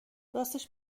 راستش